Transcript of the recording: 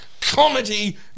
comedy